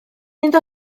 iddo